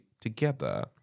together